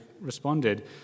responded